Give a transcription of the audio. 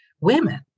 women